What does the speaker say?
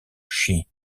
shi